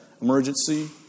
emergency